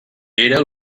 era